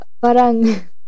parang